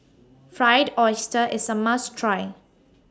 Fried Oyster IS A must Try